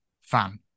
fan